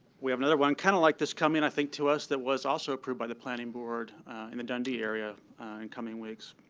we have another one kind of like this coming in i think to us that was also approved by the planning board in the dundee area in coming weeks.